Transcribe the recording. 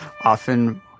often